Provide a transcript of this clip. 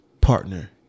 partner